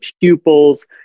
pupils